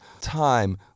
time